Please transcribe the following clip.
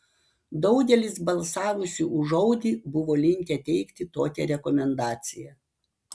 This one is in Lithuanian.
daugelis balsavusių už audi buvo linkę teikti tokią rekomendaciją